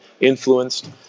influenced